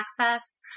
access